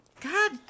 God